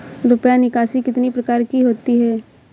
रुपया निकासी कितनी प्रकार की होती है?